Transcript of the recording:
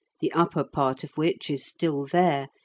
the upper part of which is still there,